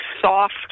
soft